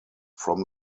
from